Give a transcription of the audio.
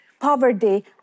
poverty